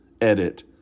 Edit